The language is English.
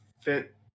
fit